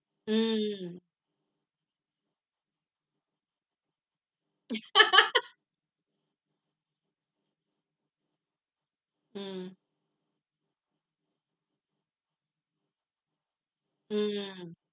mm mm mm